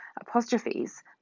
apostrophes